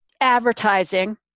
advertising